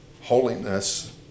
holiness